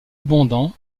abondant